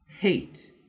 hate